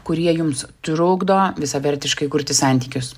kurie jums trukdo visavertiškai kurti santykius